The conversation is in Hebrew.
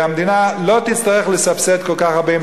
המדינה לא תצטרך לסבסד כל כך הרבה.